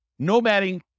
nomading